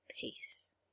peace